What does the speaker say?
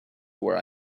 where